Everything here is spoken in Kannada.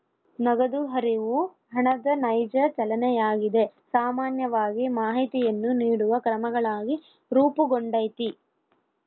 ನಗದು ಹರಿವು ಹಣದ ನೈಜ ಚಲನೆಯಾಗಿದೆ ಸಾಮಾನ್ಯವಾಗಿ ಮಾಹಿತಿಯನ್ನು ನೀಡುವ ಕ್ರಮಗಳಾಗಿ ರೂಪುಗೊಂಡೈತಿ